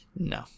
no